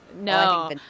No